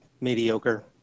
mediocre